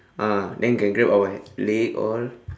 ah then can grab our leg all